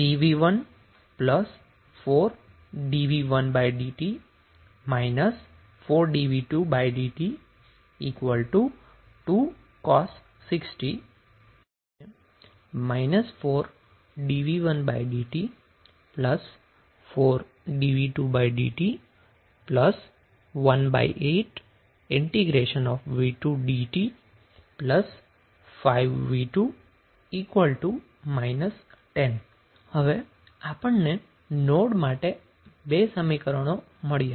3v1 4dvidt 4dv2dt 2cos6t 4dv1dt 4dv2dt 1800v2dt 5v2 10 હવે આપણને node માટે બે સમીકરણો મળ્યા